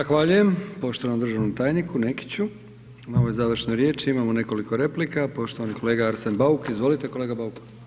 Zahvaljujem poštovanom državnom tajniku Nekiću na ovoj završnoj riječi, imamo nekoliko replika, poštovani kolega Arsen Bauk, izvolite, kolega Bauk.